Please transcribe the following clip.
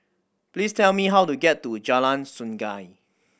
please tell me how to get to Jalan Sungei